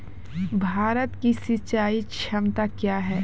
भारत की सिंचाई क्षमता क्या हैं?